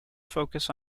focus